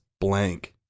blank